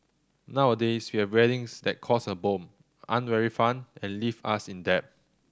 nowadays we have weddings that cost a bomb aren't very fun and leave us in debt